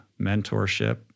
mentorship